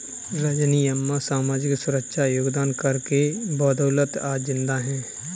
रजनी अम्मा सामाजिक सुरक्षा योगदान कर के बदौलत आज जिंदा है